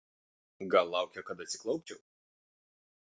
gal laukia kad atsiklaupčiau